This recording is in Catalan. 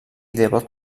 devot